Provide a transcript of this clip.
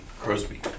Crosby